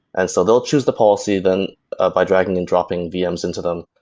and so they'll choose the policy, then by dragging and dropping vms into them,